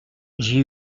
j’ai